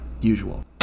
usual